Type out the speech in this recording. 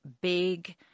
big